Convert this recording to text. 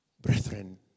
Brethren